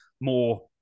more